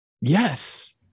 Yes